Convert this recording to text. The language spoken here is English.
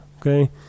okay